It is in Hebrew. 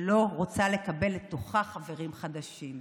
שלא רוצה לקבל לתוכה חברים חדשים.